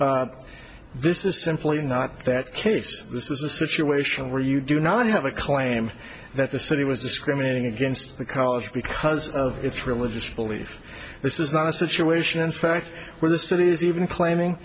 this is simply not that this is a situation where you do not have a claim that the city was discriminating against the college because of its religious belief this is not a situation in fact where the city is even claiming